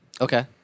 okay